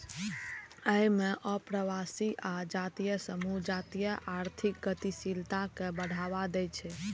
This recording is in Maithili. अय मे अप्रवासी आ जातीय समूह जातीय आर्थिक गतिशीलता कें बढ़ावा दै छै